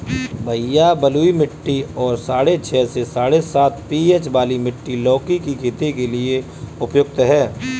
भैया बलुई मिट्टी और साढ़े छह से साढ़े सात पी.एच वाली मिट्टी लौकी की खेती के लिए उपयुक्त है